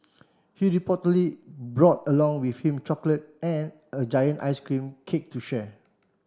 he reportedly brought along with him chocolate and a giant ice cream cake to share